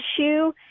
issue